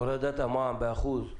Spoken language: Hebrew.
הורדת המע"מ ב-1%,